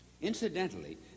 Incidentally